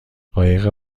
قایق